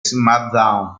smackdown